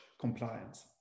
compliance